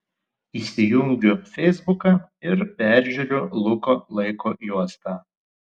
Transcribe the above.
įsijungiu feisbuką ir peržiūriu luko laiko juostą